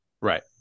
Right